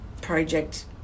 project